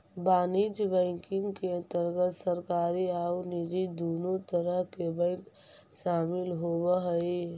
वाणिज्यिक बैंकिंग के अंतर्गत सरकारी आउ निजी दुनों तरह के बैंक शामिल होवऽ हइ